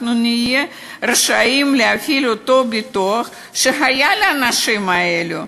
נהיה רשאים להפעיל את אותו ביטוח שהיה לאנשים האלו,